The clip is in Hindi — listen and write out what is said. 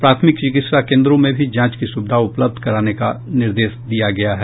प्राथमिक चिकित्सा केंद्रों में भी जांच की सुविधा उपलब्ध कराने का निर्देश दिया गया है